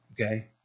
okay